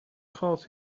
calls